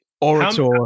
Orator